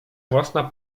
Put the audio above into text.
własna